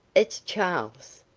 it's charles.